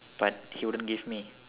but he wouldn't give me